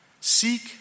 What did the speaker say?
Seek